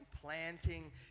planting